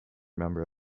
member